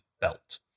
belt